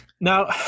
Now